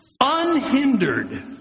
unhindered